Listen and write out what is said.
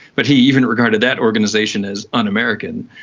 but he even regarded that organisation as un-american.